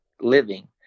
living